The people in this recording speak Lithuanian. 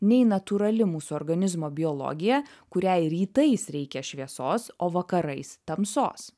nei natūrali mūsų organizmo biologija kuriai rytais reikia šviesos o vakarais tamsos